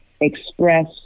express